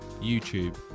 YouTube